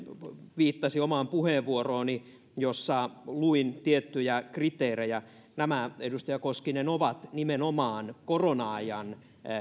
viittasi omaan puheenvuorooni jossa luin tiettyjä kriteerejä nämä edustaja koskinen koskevat nimenomaan korona ajan